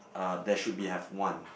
uh there should be have one